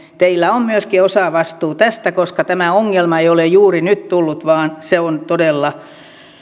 teillä on myöskin osavastuu tästä koska tämä ongelma ei ole juuri nyt tullut vaan se on todella